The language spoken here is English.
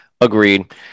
agreed